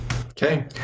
Okay